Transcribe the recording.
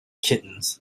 kittens